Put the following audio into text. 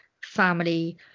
family